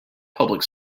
public